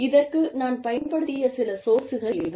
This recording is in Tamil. இதற்கு நான் பயன்படுத்திய சில சோர்ஸ்கள் இவை